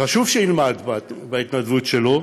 חשוב שילמד בהתנדבות שלו,